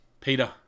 Peter